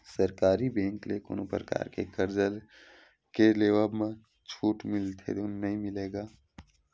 सरकारी बेंक ले कोनो परकार के करजा के लेवब म छूट मिलथे धून नइ मिलय गा?